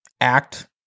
act